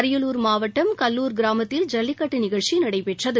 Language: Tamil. அரியலூர் மாவட்டம் கல்லூர் கிராமத்தில் ஜல்லிக்கட்டு நிகழ்ச்சி இன்று நடைபெற்றது